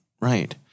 Right